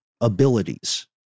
abilities